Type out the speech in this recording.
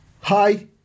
Hi